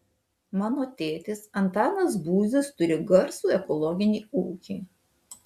mano tėtis antanas būzius turi garsų ekologinį ūkį